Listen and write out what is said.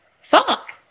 Fuck